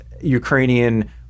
Ukrainian